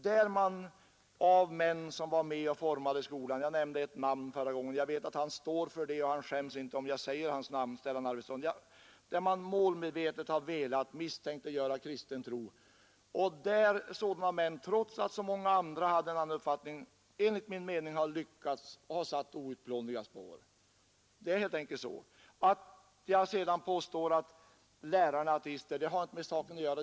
En del av dem, som varit med om att forma skolan, har målmedvetet velat misstänkliggöra kristen tro. Jag nämnde förra gången namnet på en av dem, Stellan Arvidson. Jag vet att han står för sina åsikter och att han inte skäms om jag säger hans namn. Trots att så många andra hade en annan uppfattning har sådana män som han enligt min mening lyckats sätta outplånliga spår. Det är helt enkelt så. Att jag sedan påstår att en del lärare är ateister, har inget med saken att göra.